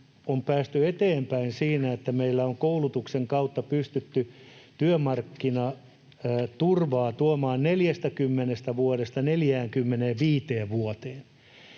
on päästy eteenpäin siinä, että meillä on koulutuksen kautta pystytty työmarkkinaturvaa tuomaan 40 vuodesta 45 vuoteen.